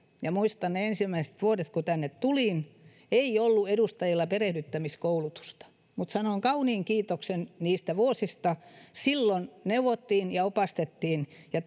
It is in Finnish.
ja muistan ne ensimmäiset vuodet kun tänne tulin ei ollut edustajilla perehdyttämiskoulutusta mutta sanon kauniin kiitoksen niistä vuosista silloin neuvottiin ja opastettiin ja